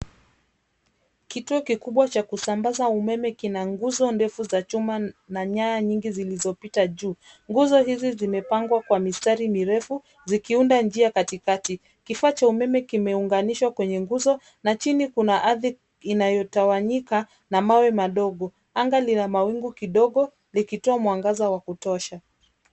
Kituo kikubwa cha kusambaza umeme kina nguzo ndefu za chuma na nyaya nyingi zilizopita juu. Nguzo hizi zimepangwa kwa mistari mirefu zikiunda njia katikati. Kifaa cha umeme kimeunganishwa kwenye nguzo na chini kuna ardhi inayotawanyika na mawe madogo. Anga lina mawingu kidogo likitoa mwangaza wa kutosha.